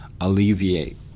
alleviate